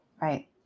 Right